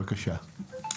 בבקשה.